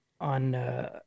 on